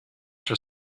for